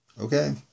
Okay